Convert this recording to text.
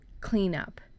cleanup